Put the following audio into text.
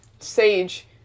Sage